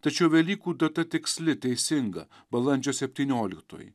tačiau velykų data tiksli teisinga balandžio septynioliktoji